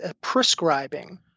prescribing